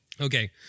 Okay